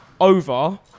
over